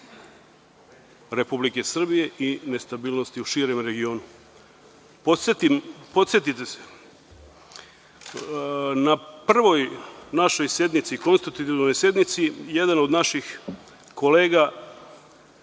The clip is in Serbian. Republike Srbije i nestabilnosti u širem regionu. Podsetite se, na prvoj našoj sednici, konstitutivnoj sednici, jedan od naših kolega